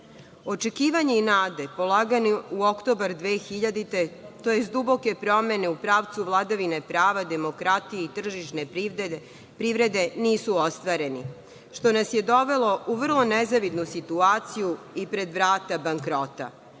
godine. Očekivanje i nada polagane u oktobar 2000. godine, tj. duboke promene u pravcu vladavine prava, demokratije i tržišne privrede nisu ostvareni, što nas je dovelo u vrlo nezavidnu situaciju i pred vrata bankrota.